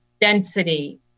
density